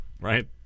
Right